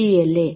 ശരിയല്ലേ